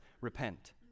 Repent